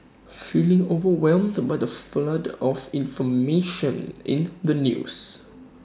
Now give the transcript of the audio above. feeling overwhelmed the by the flood of information in the news